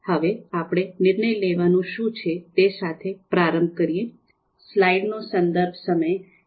હવે આપને નિર્ણય લેવાનું શું છે તે સાથે પ્રારંભ કરીએ